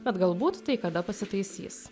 bet galbūt tai kada pasitaisys